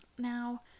Now